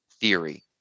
Theory